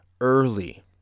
early